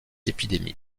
épidémies